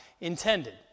intended